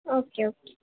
okay okay